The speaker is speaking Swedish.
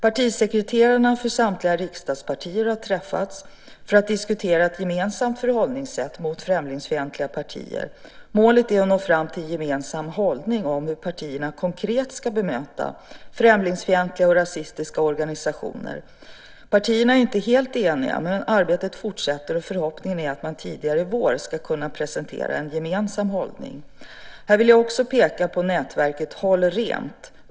Partisekreterarna för samtliga riksdagspartier har träffats för att diskutera ett gemensamt förhållningssätt gentemot främlingsfientliga partier. Målet är att nå fram till en gemensam hållning om hur partierna konkret ska bemöta främlingsfientliga och rasistiska organisationer. Partierna är inte helt eniga, men arbetet fortsätter, och förhoppningen är att man tidigt i vår ska kunna presentera en gemensam hållning. Här vill jag också peka på nätverket "Håll rent!